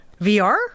VR